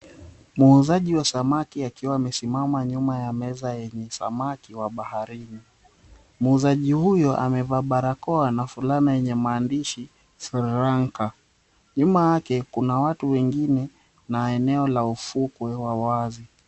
Muuzaji wa samaki akiwa amesimama nyuma ya meza yenye samaki wa baharini. Muuzaji huyo amevaa barakoa na fulana yenye maandishi; Sirilanka. Nyuma yake kuna watu wengine, na eneo la ufukwe wa wazi.